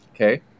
okay